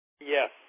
Yes